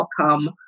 outcome